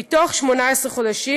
מ-18 חודשים,